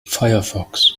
firefox